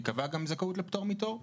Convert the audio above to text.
ייקבע גם הזכאות פטור מתור.